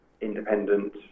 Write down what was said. independent